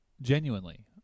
Genuinely